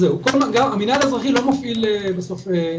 המנהל האזרחי לא מפעיל אותם.